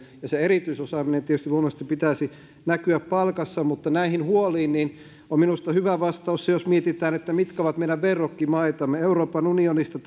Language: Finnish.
sen erityisosaamisen tietysti luonnollisesti pitäisi näkyä palkassa mutta näihin huoliin on minusta hyvä vastaus se jos mietitään mitkä ovat meidän verrokkimaitamme euroopan unionista